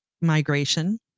migration